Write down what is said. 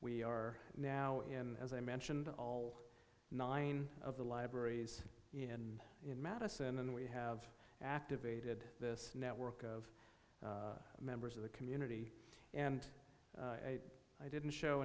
we are now in as i mentioned all nine of the libraries in madison and we have activated this network of members of the community and i didn't show